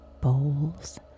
bowls